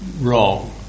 wrong